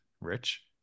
Rich